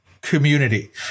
community